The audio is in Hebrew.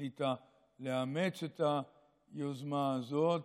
החליטה לאמץ את היוזמה הזאת,